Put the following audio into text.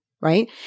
right